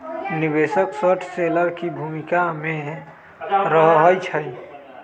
निवेशक short seller की भूमिका में रहइ छै